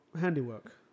handiwork